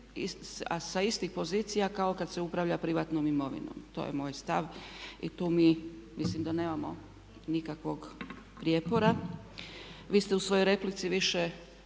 sa istih pozicija kao kad se upravlja privatnom imovinom. To je moj stav i tu mislim da mi nemamo nikakvog prijepora. Vi ste u svojoj replici više